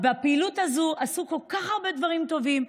ובפעילות הזו עשו כל כך הרבה דברים טובים: